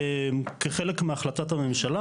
כחלק מהחלטת הממשלה,